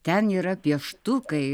ten yra pieštukai